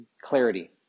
clarity